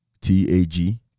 t-a-g